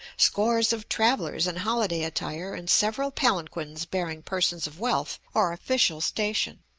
scores of travellers in holiday attire and several palanquins bearing persons of wealth or official station.